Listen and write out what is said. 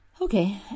Okay